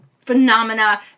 phenomena